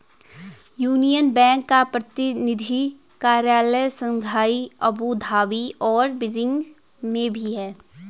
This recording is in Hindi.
यूनियन बैंक का प्रतिनिधि कार्यालय शंघाई अबू धाबी और बीजिंग में भी है